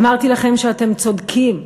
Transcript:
אמרתי לכם שאתם צודקים,